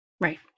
Right